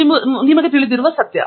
ಇದು ನಿಮಗೆ ತಿಳಿದಿರುವ ಕಷ್ಟ